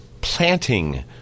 planting